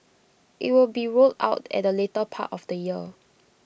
IT will be rolled out at the later part of the year